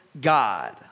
God